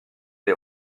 les